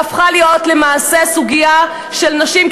שהפכה להיות למעשה סוגיה של נשים,